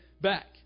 back